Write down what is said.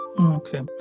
Okay